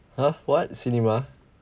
!huh! what cinema